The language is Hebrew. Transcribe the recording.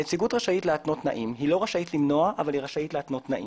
הנציגות רשאית להתנות תנאים היא לא רשאית למנוע אבל להתנות תנאים.